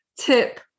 tip